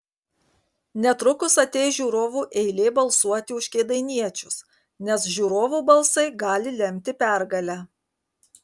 netrukus ateis žiūrovų eilė balsuoti už kėdainiečius nes žiūrovų balsai gali lemti pergalę